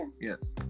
Yes